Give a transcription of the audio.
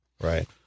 Right